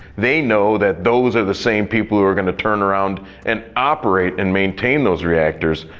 they know that those are the same people who are going to turn around and operate and maintain those reactors.